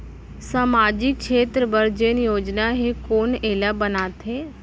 सामाजिक क्षेत्र बर जेन योजना हे कोन एला बनाथे?